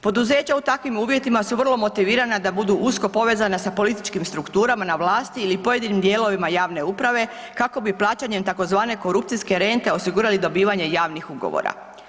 Poduzeća u takvim uvjetima su vrlo motivirana da budu usko povezana sa političkim strukturama na vlasti ili pojedinim dijelovima javne uprave kako bi plaćanjem tzv. korupcijske rente osigurali dobivanje javnih ugovora.